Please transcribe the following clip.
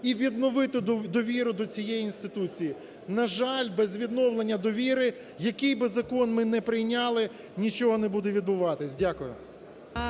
і відновити довіру до цієї інституції. На жаль, без відновлення довіри, який би закон ми не прийняли, нічого не буде відбуватись. Дякую.